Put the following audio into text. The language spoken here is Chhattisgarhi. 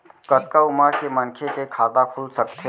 कतका उमर के मनखे के खाता खुल सकथे?